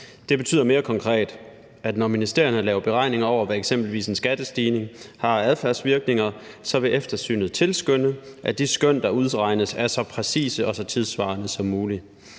Det betyder mere konkret, at når ministeren laver beregninger over, hvad eksempelvis en skattestigning har af adfærdsvirkninger, så vil eftersynet tilskynde til, at de skøn, der udregnes, er så præcise og så tidssvarende som muligt.